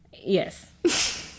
Yes